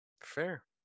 fair